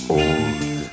old